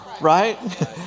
right